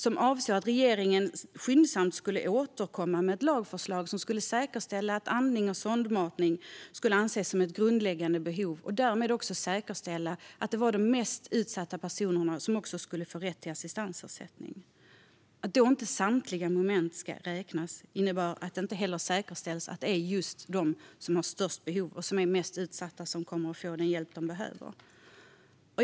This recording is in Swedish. Det innebar att regeringen skyndsamt skulle återkomma med ett lagförslag som säkerställer att andning och sondmatning ska anses vara grundläggande behov. Därmed skulle det även säkerställas att det var de mest utsatta personerna som också skulle få rätt till assistansersättning. Att samtliga moment inte ska räknas innebär att det inte heller säkerställs att det är just de som har störst behov och som är de mest utsatta som kommer att få den hjälp de behöver.